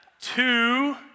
two